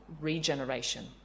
regeneration